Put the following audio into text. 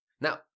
Now